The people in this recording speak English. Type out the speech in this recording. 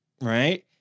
Right